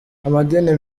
amadini